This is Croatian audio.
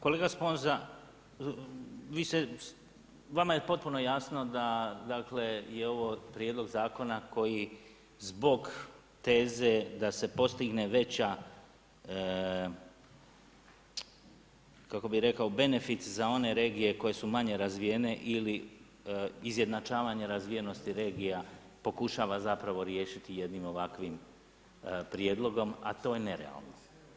Kolega Sponza, vama je potpuno jasno da je ovo prijedlog zakona koji zbog teze da se postigne veća kako bi rekao benefit za one regije koje su manje razvijene ili izjednačavanje razvijenosti regija pokušava riješiti jedino ovakvim prijedlogom, a to je nerealno.